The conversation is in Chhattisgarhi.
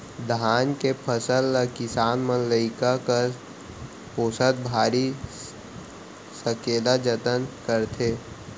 धान के फसल ल किसान मन लइका कस पोसत भारी सकेला जतन करथे